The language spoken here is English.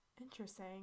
Interesting